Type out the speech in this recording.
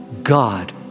God